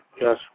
yes